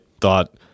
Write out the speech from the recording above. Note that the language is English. thought